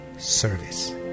Service